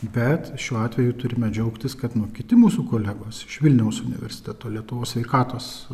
bet šiuo atveju turime džiaugtis kad nuo kiti mūsų kolegos iš vilniaus universiteto lietuvos sveikatos